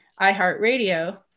iHeartRadio